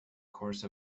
course